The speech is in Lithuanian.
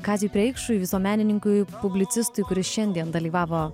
kaziui preikšui visuomenininkui publicistui kuris šiandien dalyvavo